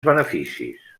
beneficis